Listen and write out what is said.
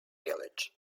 village